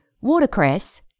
watercress